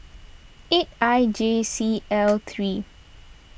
eight I J C L three